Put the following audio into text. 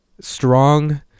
strong